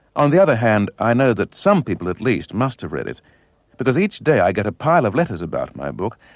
on the other hand, i know that some people at least must have read it because each day i get a pile of letters about my book,